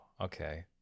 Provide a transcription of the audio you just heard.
Okay